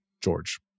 George